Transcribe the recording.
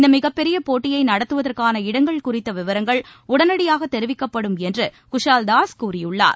இந்த மிகப்பெரிய போட்டியை நடத்துவதற்கான இடங்கள் குறித்த விவரங்கள் உடனடியாக தெரிவிக்கப்படும் என்று குஷால்தாஸ் கூறியுள்ளார்